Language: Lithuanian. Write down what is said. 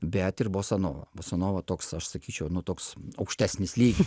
bet ir bosanovą bosanova toks aš sakyčiau nu toks aukštesnis lygis